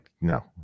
No